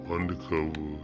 Undercover